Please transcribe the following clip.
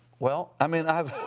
well. i mean, i've.